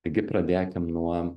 taigi pradėkim nuo